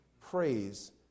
Praise